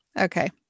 Okay